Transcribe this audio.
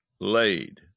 laid